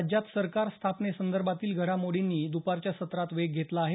राज्यात सरकार स्थापनेसंदर्भातील घडामोडींनी दपारच्या सत्रात वेग घेतला आहे